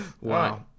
Wow